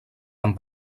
amb